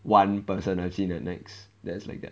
one person I've seen at nex that's like that